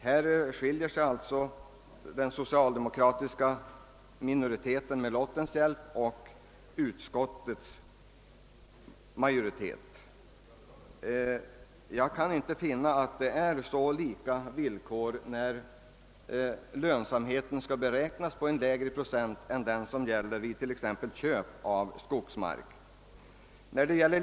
Härvidlag skiljer sig uppfattningarna hos den socialdemokratiska minoriteten och utskottets lottmajoritet. Jag kan inte finna att villkoren är så lika, så länge lönsamheten skall beräknas på en lägre procent i avkastning än den som gäller t.ex. vid köp av skogsmark.